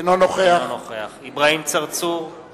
אינו נוכח אברהים צרצור,